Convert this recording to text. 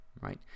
right